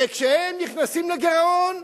וכשהם נכנסים לגירעון,